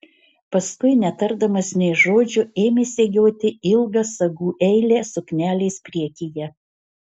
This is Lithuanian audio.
paskui netardamas nė žodžio ėmė segioti ilgą sagų eilę suknelės priekyje